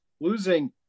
losing